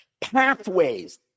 Pathways